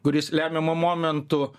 kuris lemiamu momentu